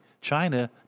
China